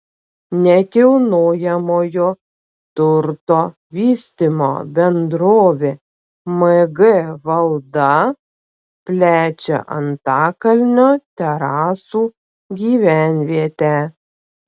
nekilnojamojo turto vystymo bendrovė mg valda plečia antakalnio terasų gyvenvietę